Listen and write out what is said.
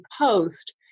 post